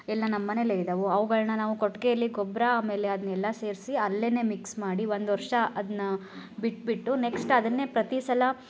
ಎಲ್ಲ ನಮ್ಮನೇಲೆ ಇದ್ದಾವೆ ಅವುಗಳ್ನ ನಾವು ಕೊಟ್ಟಿಗೆಲಿ ಗೊಬ್ಬರ ಆಮೇಲೆ ಅದನ್ನೆಲ್ಲ ಸೇರಿಸಿ ಅಲ್ಲೇನೆ ಮಿಕ್ಸ್ ಮಾಡಿ ಒಂದು ವರ್ಷ ಅದನ್ನ ಬಿಟ್ಬಿಟ್ಟು ನೆಕ್ಸ್ಟ್ ಅದನ್ನೇ ಪ್ರತಿ ಸಲ